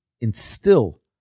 instill